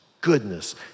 goodness